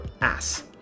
ass